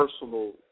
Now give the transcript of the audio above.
personal